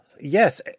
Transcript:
Yes